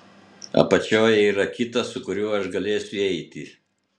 apačioje yra kitas su kuriuo aš galėsiu įeiti